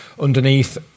Underneath